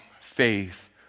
faith